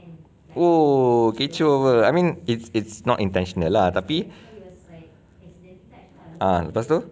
oh kecoh I mean it's it's not intentional lah tapi ah lepas tu